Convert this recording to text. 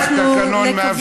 היה רשום בסדר-היום תשובת שר.